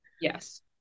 Yes